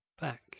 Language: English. back